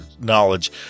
knowledge